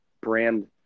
brand